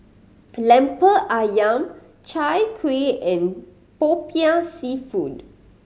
Lemper Ayam Chai Kuih and Popiah Seafood